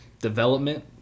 Development